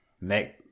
make